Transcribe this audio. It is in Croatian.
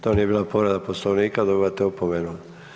To nije bila povreda Poslovnika, dobivate opomenu.